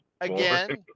again